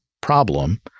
problem